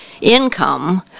income